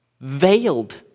veiled